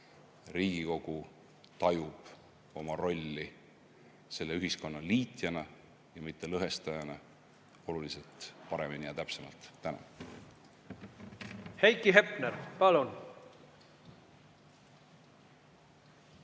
Riigikogu tajub oma rolli ühiskonna liitjana ja mitte lõhestajana oluliselt paremini ja täpsemalt. Tänan! Heiki Hepner, palun!